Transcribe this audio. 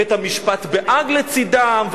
בית-המשפט בהאג לצדם,